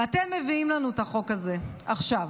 ואתם מביאים לנו את החוק הזה עכשיו,